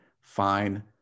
fine